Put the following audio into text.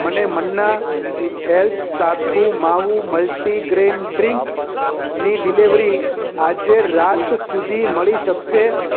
મને Manna health સાથવું માવુ મલ્ટીગ્રેન ડ્રીંકની ડિલિવરી આજે રાત સુધી મળી શકશે